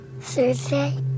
Thursday